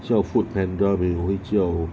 叫 foodpanda 也我也会叫